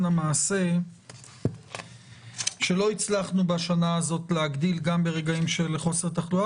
המעשה שלא הצלחנו בשנה הזאת להגדיל גם ברגעים של חוסר תחלואה.